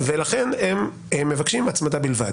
ולכן הם מבקשים הצמדה בלבד.